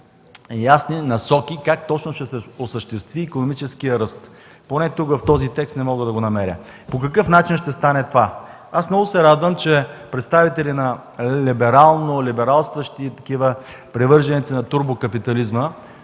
ясни насоки как точно ще се осъществи икономическият ръст, поне тук в този текст не мога да го намеря, по какъв начин ще стане това. Аз много се радвам, че представители на либерално, либералстващи привърженици на турбо-капитализма